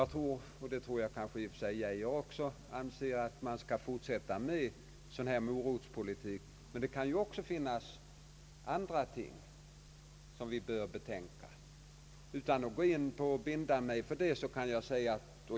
Jag tror dock — och det tror jag också att herr Geijer i och för sig anser — att vi skall fortsätta med sådan här »morotspolitik», men det kan också finnas andra ting som vi bör tänka på.